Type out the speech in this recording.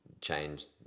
changed